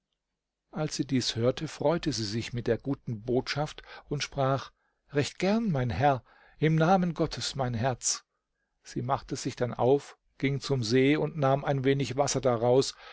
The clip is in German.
als sie dies hörte freute sie sich mit der guten botschaft und sprach recht gern mein herr im namen gottes mein herz sie machte sich dann auf ging zum see und nahm ein wenig wasser daraus